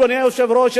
אדוני היושב-ראש,